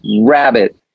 Rabbit